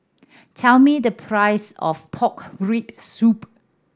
tell me the price of pork rib soup